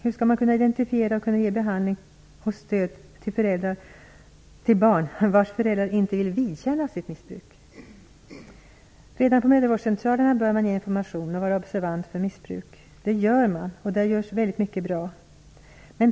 Hur skall man kunna identifiera och ge behandling och stöd till barn vilkas föräldrar inte vill vidkännas sitt missbruk? Redan på mödravårdscentralerna bör man ge information och vara observant på missbruk. Detta görs också, liksom mycket annat som är bra.